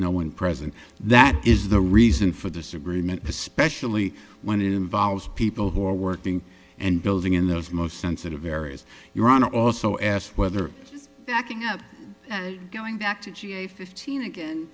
no one present that is the reason for this agreement especially when it involves people who are working and building in those most sensitive areas your honor also asked whether backing up going back to ga fifteen again